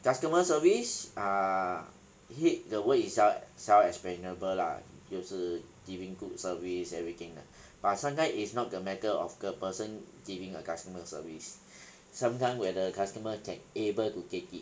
customer service uh think the word itself self explainable lah 就是 giving good service everything lah but sometime is not a matter of the person giving a customer service sometime whether customer can able to take it